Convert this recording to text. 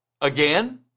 Again